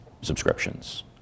subscriptions